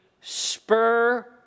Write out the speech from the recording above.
spur